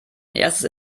erstes